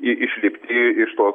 išlipti iš tos